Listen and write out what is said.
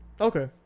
Okay